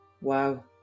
wow